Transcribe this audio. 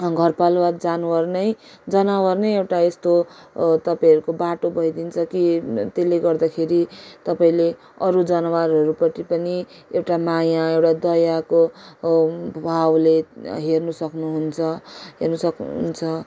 घरपालुवा जनावर नै जनावर नै एउटा यस्तो तपाईँहरूको बाटो भइदिन्छ कि त्यसले गर्दाखेरि तपाईँले अरू जनावरहरूपट्टि पनि एउटा माया एउटा दयाको भावले हेर्न सक्नुहुन्छ हेर्न सक्नुहुन्छ